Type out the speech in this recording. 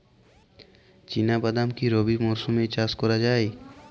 চিনা বাদাম কি রবি মরশুমে চাষ করা যায়?